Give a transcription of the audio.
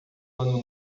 ano